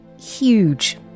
huge